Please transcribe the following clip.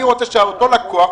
אני רוצה שאותו לקוח,